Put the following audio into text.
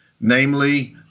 namely